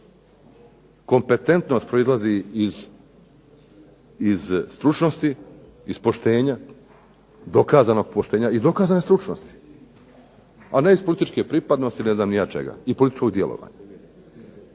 Kompetentnost proizlazi iz stručnosti iz dokazanog poštenja i dokazane stručnosti, a ne iz političke pripadnosti ili ne znam ni ja čega i političkog djelovanja,